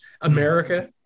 America